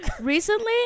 Recently